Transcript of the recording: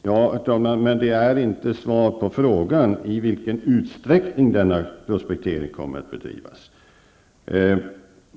Herr talman! Det är inte ett svar på frågan i vilken utsträckning denna prospektering kommer att bedrivas.